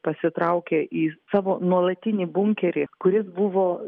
pasitraukė į savo nuolatinį bunkerį kuris buvo